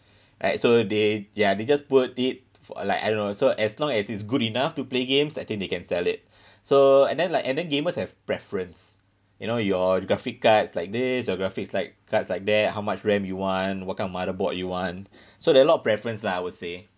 right so they ya they just put it for like I don't know so as long as it's good enough to play games I think they can sell it so and then like and then gamers have preference you know your graphic cards like this your graphic's like cards like that how much ram you want what kind of motherboard you want so there are a lot of preference lah I would say